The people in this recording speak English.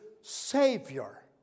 savior